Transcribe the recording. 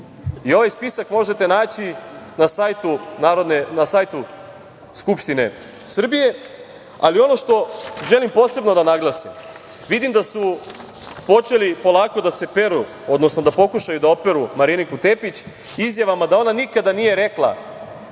Ovaj spisak možete naći na sajtu Skupštine Srbije, ali ono što želim posebno da naglasim, vidim da su počeli polako da se peru, odnosno da pokušaju da operu Mariniku Tepić izjavama da ona nikada nije rekla